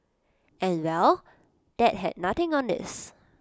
and well that had nothing on this